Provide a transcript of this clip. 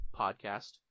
podcast